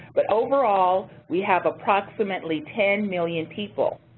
but overall we have approximately ten million people.